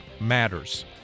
matters